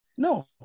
No